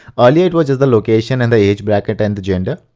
earlier it was just the location and the age bracket and the gender.